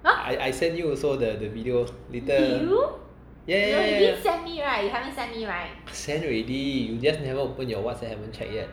I I send you also the the video later yeah yeah yeah yeah send already you just never open your whatsapp haven't check yet